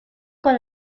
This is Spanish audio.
con